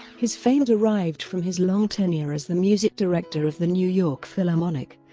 his fame derived from his long tenure as the music director of the new york philharmonic,